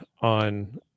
on